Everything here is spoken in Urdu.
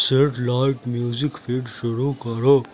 سیٹلائٹ میوزک فیڈ شروع کرو